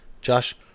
Josh